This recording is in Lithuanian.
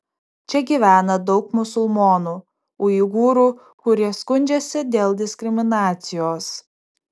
čia gyvena daug musulmonų uigūrų kurie skundžiasi dėl diskriminacijos